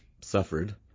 suffered